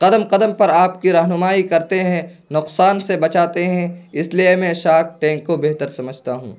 قدم قدم پر آپ کی رہنمائی کرتے ہیں نقصان سے بچاتے ہیں اس لیے میں شارک ٹینک کو بہتر سمجھتا ہوں